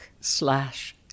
slash